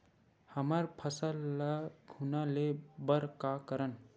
हमर फसल ल घुना ले बर का करन?